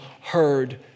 heard